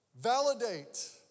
validate